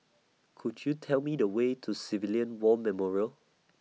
Could YOU Tell Me The Way to Civilian War Memorial